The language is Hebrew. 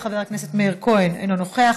חבר הכנסת מיקי לוי אינו נוכח,